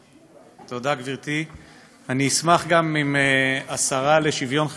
תודה, גברתי, אני אשמח גם אם השרה לשוויון חברתי,